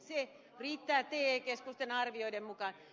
se riittää te keskusten arvioiden mukaan